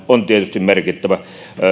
on tietysti merkittävää